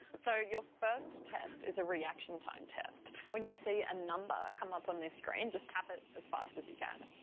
so, your first test is a reaction time test. when you see a number come up on this screen, just tap it as fast as you can.